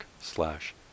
slash